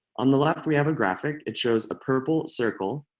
on the left, we have a graphic. it shows a purple circle.